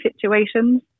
situations